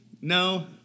no